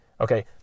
Okay